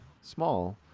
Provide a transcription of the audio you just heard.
small